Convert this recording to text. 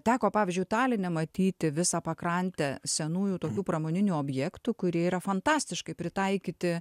teko pavyzdžiui taline matyti visą pakrantę senųjų tokių pramoninių objektų kurie yra fantastiškai pritaikyti